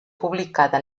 publicada